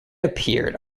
appeared